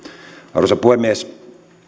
arvoisa puhemies